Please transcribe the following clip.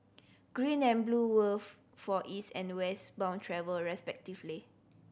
green and blue were for East and West bound travel respectively